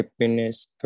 happiness